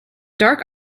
dark